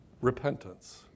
repentance